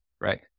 right